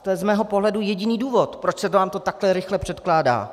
To je z mého pohledu jediný důvod, proč se nám to takhle rychle předkládá.